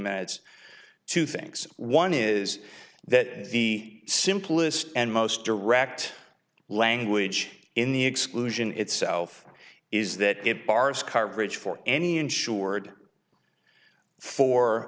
minutes two things one is that the simplest and most direct language in the exclusion itself is that it bars coverage for any insured for